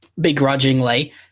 begrudgingly